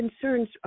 concerns